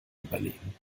überlegen